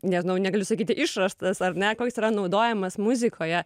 nežinau negaliu sakyti išrastas ar ne koks yra naudojamas muzikoje